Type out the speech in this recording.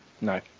No